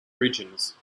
regions